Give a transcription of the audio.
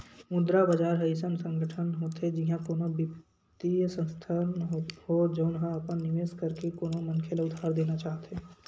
मुद्रा बजार ह अइसन संगठन होथे जिहाँ कोनो बित्तीय संस्थान हो, जउन ह अपन निवेस करके कोनो मनखे ल उधार देना चाहथे